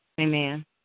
amen